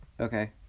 Okay